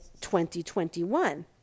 2021